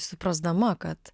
suprasdama kad